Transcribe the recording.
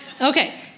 Okay